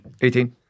Eighteen